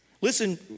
Listen